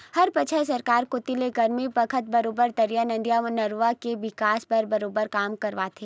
हर बछर सरकार कोती ले गरमी बखत बरोबर तरिया, नदिया, नरूवा के बिकास बर बरोबर काम करवाथे